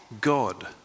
God